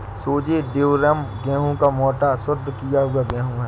सूजी ड्यूरम गेहूं का मोटा, शुद्ध किया हुआ गेहूं है